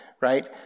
right